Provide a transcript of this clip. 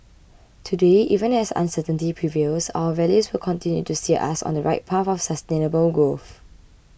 today even as uncertainty prevails our values will continue to steer us on the right path of sustainable growth